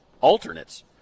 alternates